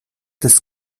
des